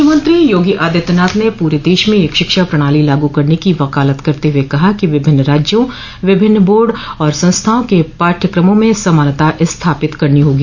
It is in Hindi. मुख्यमंत्री योगी आदित्यनाथ ने पूरे देश में एक शिक्षा प्रणाली लागू करने की वकालत करते हुए कहा कि विभिन्न राज्यों विभिन्न बोर्ड और संस्थाओं के पाठ्यक्रमों में समानता स्थापित करनी होगी